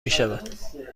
میشود